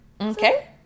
Okay